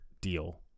deal